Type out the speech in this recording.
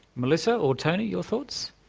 melissa, or tony, your thoughts?